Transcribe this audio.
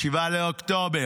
ב-7 באוקטובר,